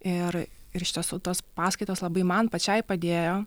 ir ir iš tiesų tos paskaitos labai man pačiai padėjo